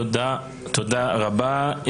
תודה רבה.